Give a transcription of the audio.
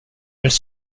elles